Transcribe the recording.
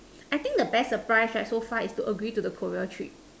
I think the best surprise right so far is to agree to the Korea trip